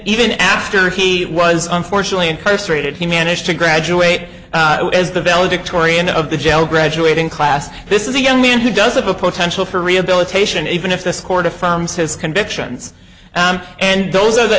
even after he was unfortunately incarcerated he managed to graduate as the valedictorian of the jail graduating class this is a young man who does have a potential for rehabilitation even if this court of from says convictions and those are the